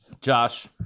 Josh